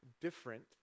different